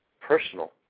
personal